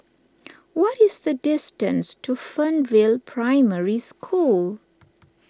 what is the distance to Fernvale Primary School